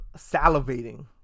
salivating